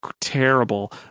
terrible